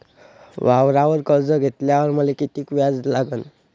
वावरावर कर्ज घेतल्यावर मले कितीक व्याज लागन?